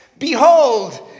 Behold